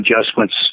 adjustments